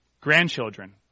grandchildren